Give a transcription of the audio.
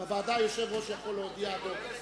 בוועדה היושב-ראש יכול להודיע אד-הוק.